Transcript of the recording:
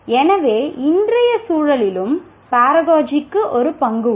எனவே இன்றைய சூழலிலும் பராகோஜிக்கு ஒரு பங்கு உண்டு